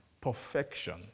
perfection